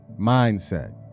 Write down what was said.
mindset